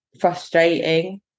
frustrating